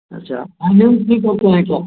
अच्छा फाइनान्स भी करते हैं क्या